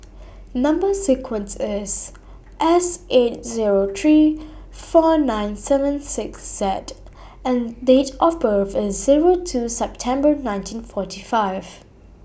Number sequence IS S eight Zero three four nine seven six cede and Date of birth IS Zero two September nineteen forty five